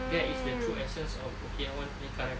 that is the true essence of okinawan punya karate